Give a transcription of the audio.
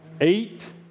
Eight